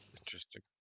Interesting